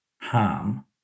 harm